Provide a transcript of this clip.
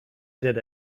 did